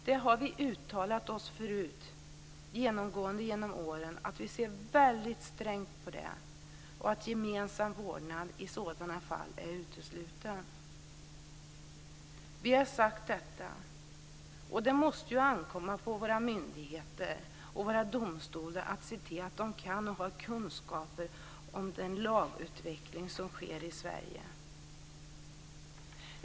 Vi har tidigare genom åren genomgående uttalat att vi ser väldigt strängt på det och att gemensam vårdnad i sådana fall är utesluten. Vi har sagt detta, och det måste ankomma på våra myndigheter och våra domstolar att se till att de kan och har kunskaper om den lagutveckling som sker i Sverige.